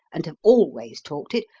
and have always talked it,